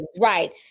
Right